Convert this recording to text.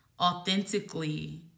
authentically